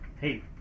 Hey